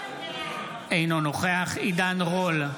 אינו נוכח עידן רול,